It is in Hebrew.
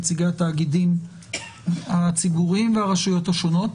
נציגי התאגידים הציבוריים והרשויות השונות.